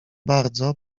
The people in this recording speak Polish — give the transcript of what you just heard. bardzo